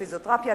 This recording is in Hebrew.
פיזיותרפיה,